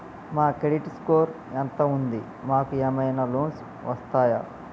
మా credit score ఎంత ఉంది? మాకు ఏమైనా లోన్స్ వస్తయా?